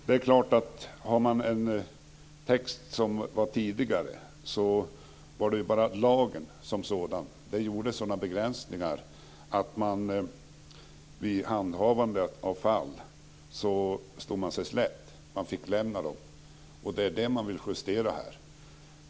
Herr talman! I den text som var tidigare var det bara lagen som sådan. Det gjordes sådana begränsningar att man vid handhavandet av fall stod sig slätt, man fick lämna dem. Det vill man justera här.